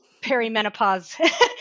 perimenopause